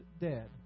dead